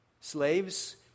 Slaves